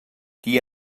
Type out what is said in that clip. qui